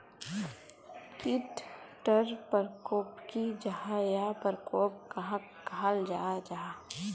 कीट टर परकोप की जाहा या परकोप कहाक कहाल जाहा जाहा?